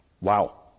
wow